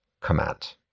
command